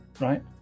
right